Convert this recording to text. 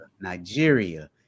Nigeria